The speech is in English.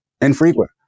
infrequent